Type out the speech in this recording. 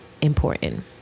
important